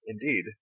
Indeed